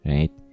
Right